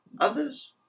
Others